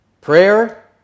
prayer